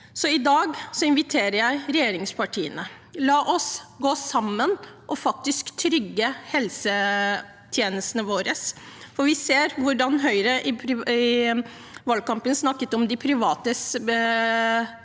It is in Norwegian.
Så i dag inviterer jeg regjeringspartiene: La oss gå sammen og trygge helsetjenestene våre. Vi så hvordan Høyre i valgkampen snakket om de privates behov.